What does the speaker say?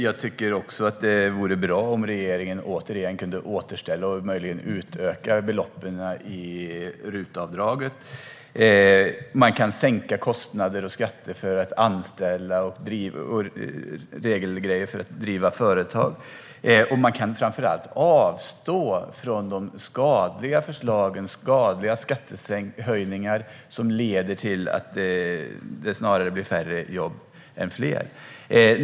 Jag tycker att det vore bra om regeringen kunde återställa och möjligen utöka beloppen i RUT-avdraget. Man kan sänka kostnader och skatter för att anställa. Och det handlar om regler när det gäller att driva företag. Man kan framför allt avstå från de skadliga förslagen och skadliga skattehöjningar som leder till att det snarare blir färre jobb än fler.